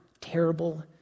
terrible